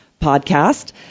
podcast